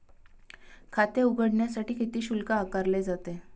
खाते उघडण्यासाठी किती शुल्क आकारले जाते?